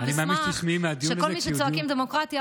אשמח שכל מי שצועקים דמוקרטיה,